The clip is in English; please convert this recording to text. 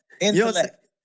Intellect